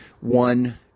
one